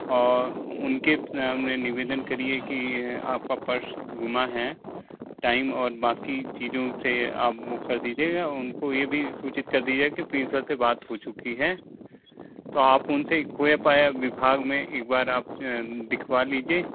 और उनके सामने निवेदन करिए कि यह आपका पर्स गुमा है टाइम और बाक़ी चीज़ों से आप वो कर दीजिएगा उनको ये भी सूचित कर दिया कि प्रिंसिपल से बात हो चुकी है तो आप उन से खोया पाया विभाग में एक बार आप दिखवा दीजिए